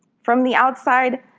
from the outside,